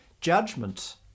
judgment